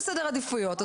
זה עניין של סדר עדיפויות.